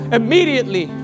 immediately